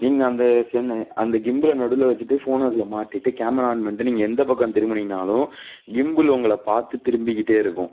நீங்கள் அந்த செல் அந்த கிம்பிலை நடுவில் வச்சுட்டு ஃபோனை அதில் மாட்டிவிட்டு கேமரா ஆன் பண்ணிவிட்டு நீங்கள் எந்த பக்கம் திரும்புனீங்கனாலும் கிம்பில் உங்களை பார்த்து திரும்பிகிட்டே இருக்கும்